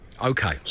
Okay